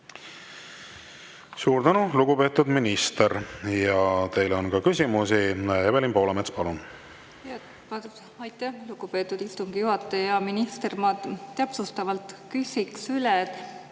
Suur tänu, lugupeetud minister! Teile on ka küsimusi. Evelin Poolamets, palun! Aitäh, lugupeetud istungi juhataja! Hea minister! Ma täpsustavalt küsiks üle.